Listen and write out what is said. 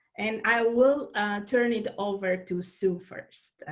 and i will turn it over to sue first.